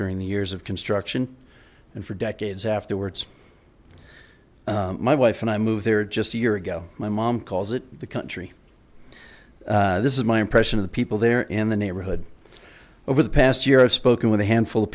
during the years of construction and for decades afterwards my wife and i moved there just a year ago my mom calls it the country this is my impression of the people there in the neighborhood over the past year i've spoken with a handful of